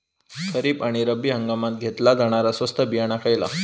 खरीप आणि रब्बी हंगामात घेतला जाणारा स्वस्त बियाणा खयला?